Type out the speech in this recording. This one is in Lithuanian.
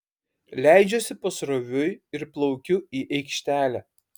leidžiuosi pasroviui ir plaukiu į aikštelę